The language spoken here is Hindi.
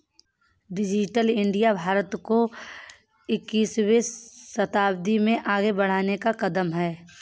डिजिटल इंडिया भारत को इक्कीसवें शताब्दी में आगे बढ़ने का कदम है